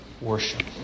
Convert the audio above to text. worship